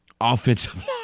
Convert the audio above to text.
offensive